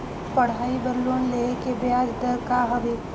पढ़ाई बर लोन लेहे के ब्याज दर का हवे?